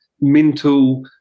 mental –